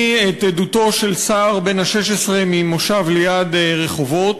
את עדותו של סער בן ה-16 ממושב ליד רחובות.